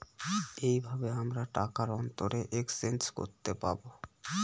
এইভাবে আমরা টাকার অন্তরে এক্সচেঞ্জ করতে পাবো